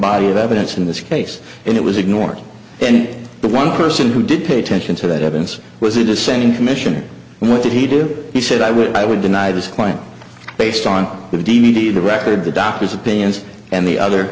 body of evidence in this case and it was ignored and the one person who did pay attention to that evidence was a dissenting commissioner and what did he did he said i would i would deny this point based on the d v d the record of the doctor's opinions and the other